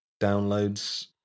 downloads